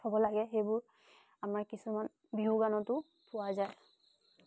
থ'ব লাগে সেইবোৰ আমাৰ কিছুমান বিহুগানতো পোৱা যায়